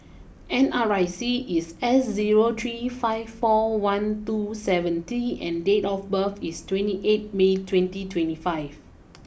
N R I C is S zero three five four one two seven T and date of birth is twenty eight May twenty twenty five